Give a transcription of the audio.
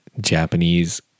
Japanese